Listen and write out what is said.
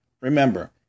Remember